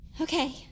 Okay